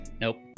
nope